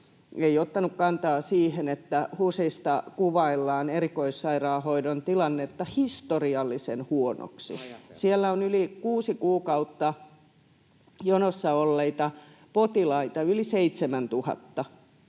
ei ottanut kantaa siihen, että HUSista kuvaillaan erikoissairaanhoidon tilannetta historiallisen huonoksi. Siellä on yli kuusi kuukautta jonossa olleita potilaita yli 7 000, ja